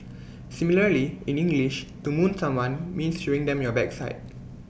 similarly in English to moon someone means showing them your backside